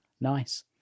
nice